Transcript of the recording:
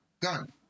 done